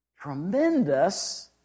tremendous